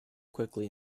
quickly